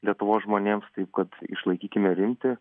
lietuvos žmonėms taip kad išlaikykime rimtį